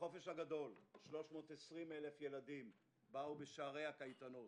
בחופש הגדול 320,000 ילדים באו בשערי הקייטנות